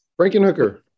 Frankenhooker